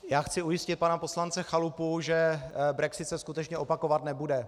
Já chci ujistit pana poslance Chalupu, že brexit se skutečně opakovat nebude.